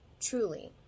Truly